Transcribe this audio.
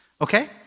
Okay